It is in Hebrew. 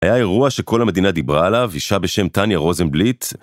היה אירוע שכל המדינה דיברה עליו, אישה בשם טניה רוזנבליץ.